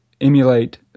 emulate